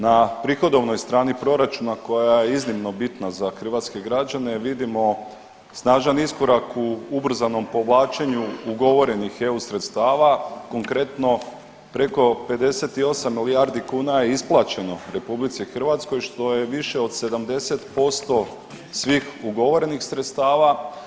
Na prihodovnoj strani proračuna koja je iznimno bitna za hrvatske građane vidimo snažan iskorak u ubrzanom povlačenju ugovorenih eu sredstava, konkretno preko 58 milijardi kuna je isplaćeno RH što je više od 70% svih ugovorenih sredstava.